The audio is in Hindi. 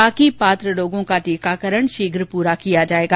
बाकी पात्र लोगों का टीकाकरण शीघ्र पूरा किया जायेगा